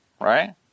right